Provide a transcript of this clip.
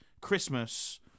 Christmas